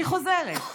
אני חוזרת: